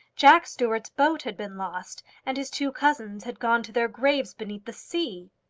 jack stuart's boat had been lost, and his two cousins had gone to their graves beneath the sea!